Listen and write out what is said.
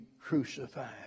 crucified